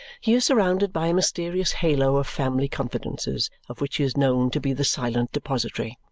he is surrounded by a mysterious halo of family confidences, of which he is known to be the silent depository.